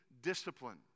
discipline